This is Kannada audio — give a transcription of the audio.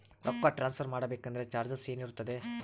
ರೊಕ್ಕ ಟ್ರಾನ್ಸ್ಫರ್ ಮಾಡಬೇಕೆಂದರೆ ಚಾರ್ಜಸ್ ಏನೇನಿರುತ್ತದೆ?